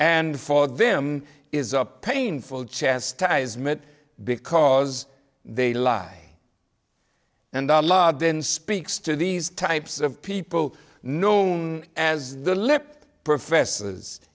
and for them is a painful chastisement because they lie and then speaks to these types of people known as the lip profess